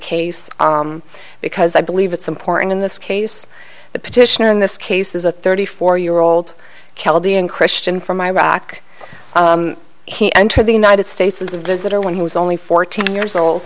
case because i believe it's important in this case the petitioner in this case is a thirty four year old christian from iraq he entered the united states as a visitor when he was only fourteen years old